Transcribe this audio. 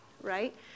right